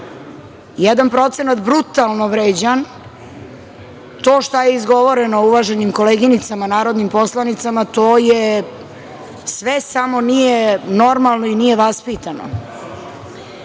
brutalno vređan. To šta je izgovoreno uvaženim koleginicama narodnim poslanicima, to je sve samo nije normalno i nije vaspitano. Najveća